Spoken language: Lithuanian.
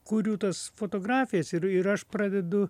kuriu tas fotografijas ir ir aš pradedu